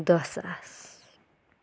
دہ ساس